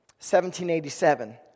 1787